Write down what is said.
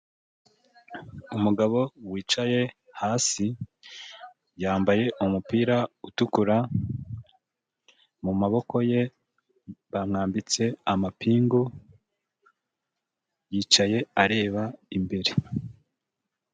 Umugabo wicaye hasi yambaye umupira utukura, mu maboko ye bamwambitse amapingu, yicaye areba imbere.